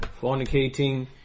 fornicating